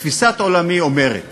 תפיסת עולמי אומרת